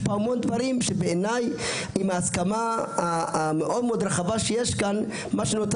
יש פה המון דברים שעם ההסכמה המאוד רחבה שיש פה מה שנותר